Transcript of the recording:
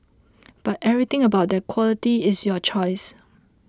but everything about that quality is your choice